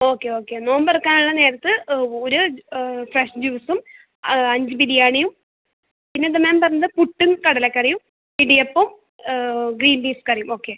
okay okay നോമ്പ് തുറക്കാനുള്ള നേരത്ത് ഒരു ഫ്രഷ് ജ്യൂസും അഞ്ച് ബിരിയാണിയും പിന്നെ എന്താണ് മാം പറഞ്ഞത് പുട്ടും കടലക്കറിയും ഇടിയപ്പം ഗ്രീൻ പീസ് കറിയും ഓക്കെ